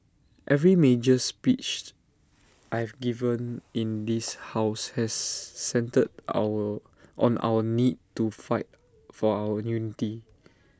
every major speeched I've given in this house has centred our on our need to fight for our unity